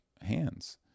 hands